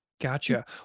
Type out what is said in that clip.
Gotcha